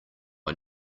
are